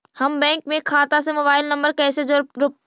हम बैंक में खाता से मोबाईल नंबर कैसे जोड़ रोपबै?